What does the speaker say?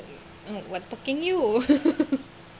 mm what talking you